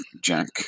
Jack